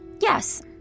Yes